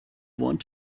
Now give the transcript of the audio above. want